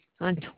on